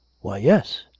why, yes!